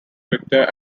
victor